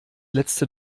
letzte